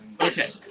Okay